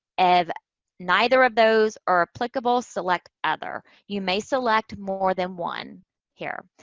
if neither of those are applicable, select other. you may select more than one here.